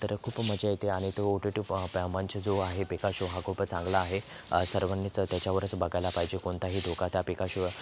तर खूप मजा येते आणि तो ओ टी टी प प्या मंच जो आहे पिकाशो हा खूपच चांगला आहे सर्वांनीच त्याच्यावरच बघायला पाहिजे कोणताही धोका त्या पिकाशोवर